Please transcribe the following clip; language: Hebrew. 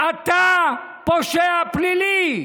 אתה פושע פלילי,